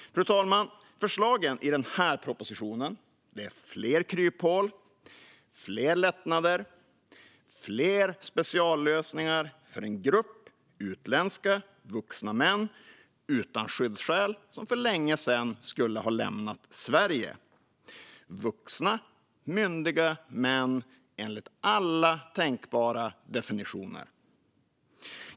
Fru talman! Förslagen i den här propositionen innebär fler kryphål, fler lättnader och fler speciallösningar för en grupp utländska vuxna män utan skyddsskäl som för länge sedan skulle ha lämnat Sverige. Det är vuxna, myndiga män enligt alla tänkbara definitioner.